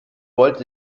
wollte